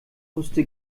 wusste